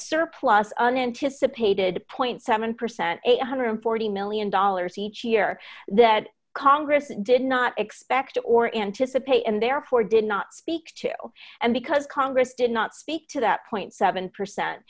surplus unanticipated point seven percent eight hundred and forty million dollars each year that congress did not expect or anticipate and therefore did not speak to and because congress did not speak to that point seven percent